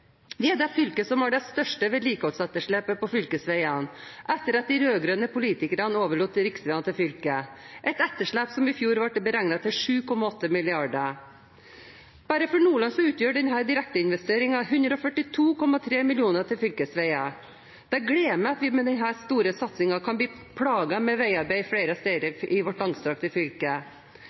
største vedlikeholdsetterslepet på fylkesveiene etter at de rød-grønne politikerne overlot riksveiene til fylket – et etterslep som i fjor ble beregnet til 7,8 mrd. kr. Bare for Nordland utgjør denne direkteinvesteringen 142,3 mill. kr til fylkesveier. Det gleder meg at vi med denne store satsingen kan bli «plaget med» veiarbeid flere steder i vårt langstrakte fylke.